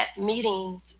meetings